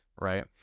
Right